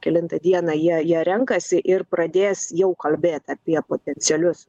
kelintą dieną jie jie renkasi ir pradės jau kalbėt apie potencialius